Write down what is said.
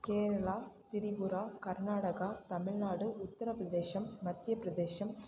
கேரளா திரிபுரா கர்நாடகா தமிழ்நாடு உத்திரப்பிரதேஷம் மத்தியப்பிரதேஷம்